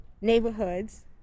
neighborhoods